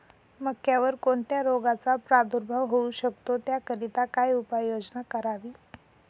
मक्यावर कोणत्या रोगाचा प्रादुर्भाव होऊ शकतो? त्याकरिता काय उपाययोजना करावी?